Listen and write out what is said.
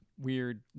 weird